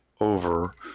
over